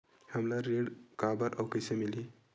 हमला ऋण काबर अउ कइसे मिलही?